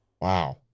Wow